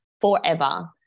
forever